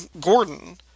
Gordon